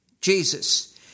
Jesus